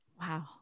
Wow